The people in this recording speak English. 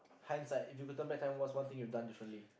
hindsight if you could turn back time what's one thing you done differently